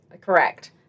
correct